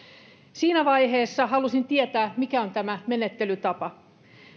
siinä vaiheessa halusin tietää mikä on tämä menettelytapa